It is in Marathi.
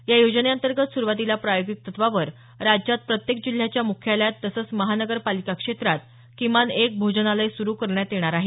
या योजनेंतर्गत सुरुवातीला प्रायोगिक तत्वावर राज्यात प्रत्येक जिल्ह्याच्या मुख्यालयात तसंच महानगरपालिका क्षेत्रात किमान एक भोजनालय सुरु करण्यात येणार आहे